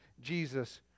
Jesus